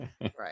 Right